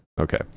Okay